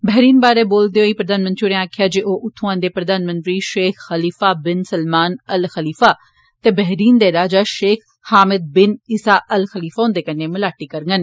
Bahrain बारै बोलदे होई प्रधानमंत्री होरें आक्खेया जे ओ उत्थुआं दे प्रधानमंत्री Sheikh Khalifa bin Salman Al Khalifa ते बेहरीन दे राजा Sheikh Hamid bin Isa Al Khalifa हुन्दे कन्नै मलाटी करङन